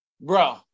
bro